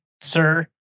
sir